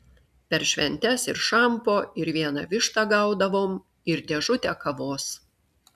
per šventes ir šampo ir vieną vištą gaudavom ir dėžutę kavos